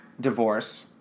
divorce